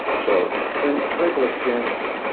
so clinical clinical experience,